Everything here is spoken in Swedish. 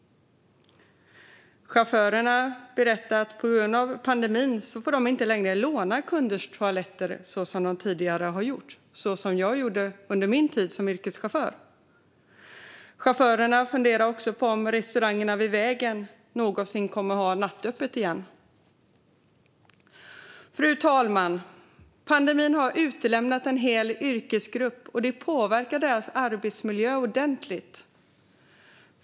Chaufförer berättar att de på grund av pandemin inte längre får låna kundtoaletterna så som de tidigare har gjort och som jag gjorde under min tid som yrkeschaufför. Chaufförer funderar också på om restaurangerna vid vägen någonsin kommer att ha nattöppet igen. Fru talman! Pandemin har utelämnat en hel yrkesgrupp, och det påverkar deras arbetsmiljö ordentligt.